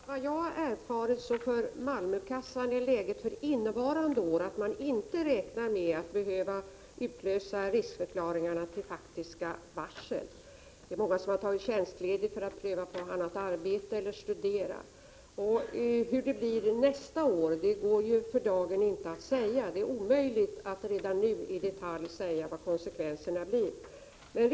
Herr talman! Enligt vad jag har erfarit är läget för Malmökassan för innevarande år följande. Man räknar inte med att behöva utlösa riskförklaringarna och låta dem övergå i varsel. Det är många anställda som har tagit tjänstledigt för att pröva på annat arbete eller för att studera. Hur det blir nästa år går inte att för dagen säga. Det är omöjligt att redan nu i detalj säga vilka konsekvenserna kommer att bli.